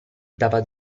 dava